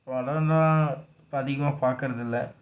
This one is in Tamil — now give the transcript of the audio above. படன்னால் இப்போ அதிகமாக பார்க்கறதில்ல